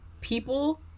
people